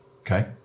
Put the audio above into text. Okay